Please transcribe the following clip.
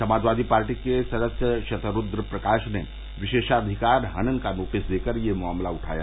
समाजवादी पार्टी के सदस्य षतरूद्र प्रकाष ने विषेशाधिकार हनन का नोटिस देकर यह मामला उठाया